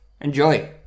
Enjoy